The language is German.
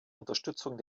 unterstützung